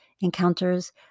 encounters